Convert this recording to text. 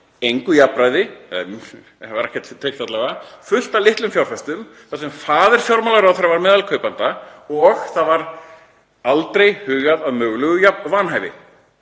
og fullt af litlum fjárfestum þar sem faðir fjármálaráðherra var meðal kaupanda og það var aldrei hugað að mögulegu vanhæfi.